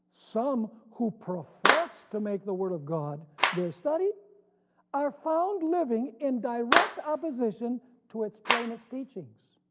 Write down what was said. some who profess to make the word of god their study our found living in direct opposition to its plainest teachings.